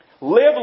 Live